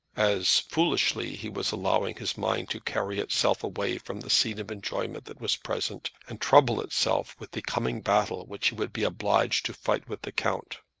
as, foolishly, he was allowing his mind to carry itself away from the scene of enjoyment that was present, and trouble itself with the coming battle which he would be obliged to fight with the count.